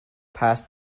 past